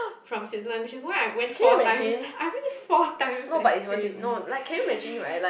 from Switzerland which is why I went four time I went four times eh crazy